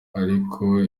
ariko